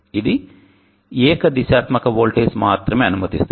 ఇది ఏకదిశాత్మక వోల్టేజ్ మాత్రమే అనుమతిస్తుంది